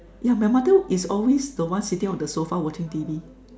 yeah my mother is always the one sitting on the sofa watching T_V